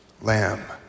lamb